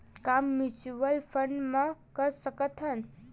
का mutual fund म कर सकत हन?